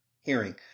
hearing